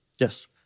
Yes